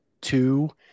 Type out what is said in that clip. Two